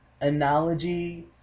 analogy